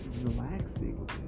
relaxing